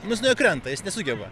nes nuo jo krenta jis nesugeba